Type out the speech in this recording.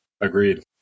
Agreed